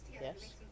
yes